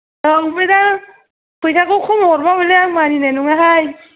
औ ओमफाय दा फैसाखौ खम हरब्ला हयले आं मानिनाय नङाहाय